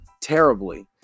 terribly